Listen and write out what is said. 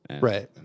Right